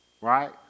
right